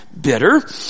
bitter